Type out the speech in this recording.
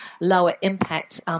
lower-impact